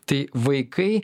tai vaikai